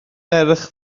ferch